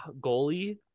goalie